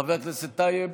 חבר הכנסת טייב,